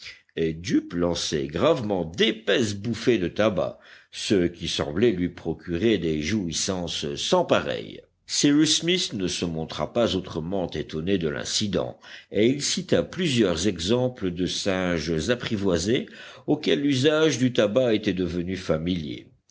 et jup lançait gravement d'épaisses bouffées de tabac ce qui semblait lui procurer des jouissances sans pareilles cyrus smith ne se montra pas autrement étonné de l'incident et il cita plusieurs exemples de singes apprivoisés auxquels l'usage du tabac était devenu familier